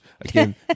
again